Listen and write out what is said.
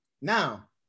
Now